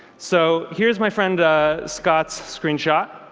so here's my friend scott's screen shot.